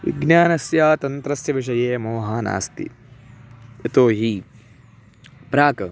विज्ञानस्य तन्त्रस्य विषये मोहः नास्ति यतोहि प्राक्